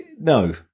no